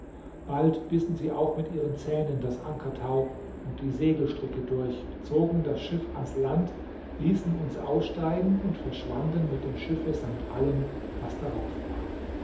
bald bissen sie auch mit ihren zähnen das ankertau und die segelstricke durch zogen das schiff ans land ließen uns aussteigen und verschwanden mit dem schiffe samt allem was darauf war